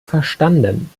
verstanden